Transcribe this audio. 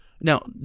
now